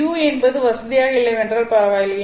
u என்பது வசதியாக இல்லையென்றால் பரவாயில்லை